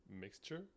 mixture